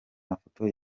mafoto